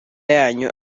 yanyu